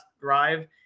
drive